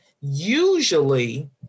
usually